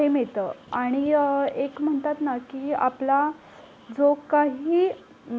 हे मिळतं आणि एक म्हणतात ना की आपला जो काही